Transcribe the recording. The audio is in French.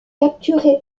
capturé